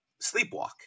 sleepwalk